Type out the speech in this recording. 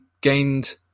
gained